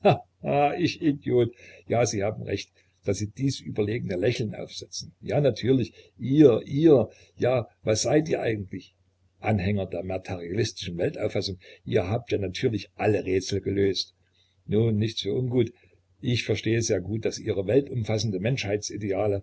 ich idiot ja sie haben recht daß sie dies überlegene lächeln aufsetzen ja natürlich ihr ihr ja was seid ihr eigentlich anhänger der materialistischen weltauffassung ihr habt ja natürlich alle rätsel gelöst nun nichts für ungut ich verstehe sehr gut daß ihre